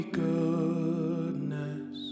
goodness